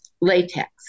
latex